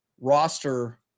roster